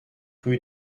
rue